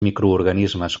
microorganismes